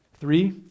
Three